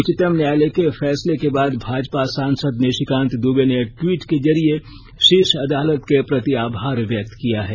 उच्चतम न्यायालय के फैसले के बाद भाजपा सांसद निशिकांत दूबे ने ट्वीट के जरिये शीर्ष अदालत के प्रति आभार व्यक्त किया है